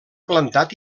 plantat